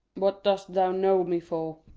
what dost thou know me for?